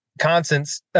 constants